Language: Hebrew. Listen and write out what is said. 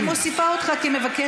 אבל אני מוסיפה אותך כמבקש,